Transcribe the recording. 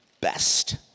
best